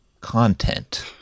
content